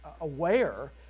aware